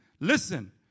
Listen